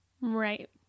Right